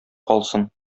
калсын